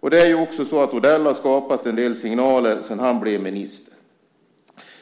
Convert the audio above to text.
Odell har också skapat en del signaler sedan han blev minister.